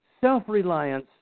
self-reliance